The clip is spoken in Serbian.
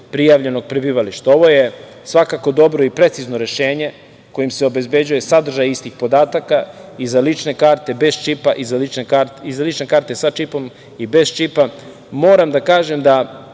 prijavljenog prebivališta. Ovo je svakako dobro i precizno rešenje kojim se obezbeđuje sadržaj istih podataka i za lične karte bez čipa i za lične karte sa čipom. Moram da kažem da